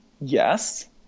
Yes